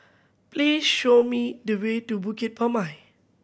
please show me the way to Bukit Purmei